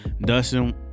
Dustin